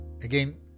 again